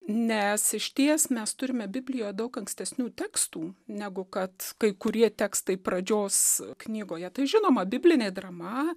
nes išties mes turime biblijoje daug ankstesnių tekstų negu kad kai kurie tekstai pradžios knygoje tai žinoma biblinė drama